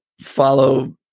follow